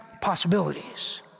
possibilities